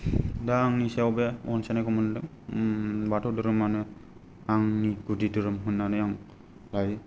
दा आंनि सायाव बे अनसायनायखौ मोन्दों ओम बाथौ धोरोमानो आंनि गुदि धोरोम होननानै आं लायो